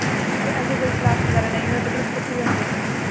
हां ते ऐसे कोई क्लास बगैरा नेईं होऐ ते तुस कुत्थै जंदे घूमन